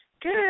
Good